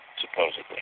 supposedly